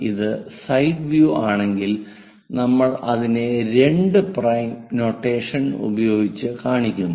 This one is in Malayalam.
ഇത് സൈഡ് വ്യൂ ആണെങ്കിൽ നമ്മൾ അതിനെ രണ്ട് പ്രൈമ് നൊട്ടേഷൻ ഉപയോഗിച്ച് കാണിക്കുന്നു